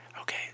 Okay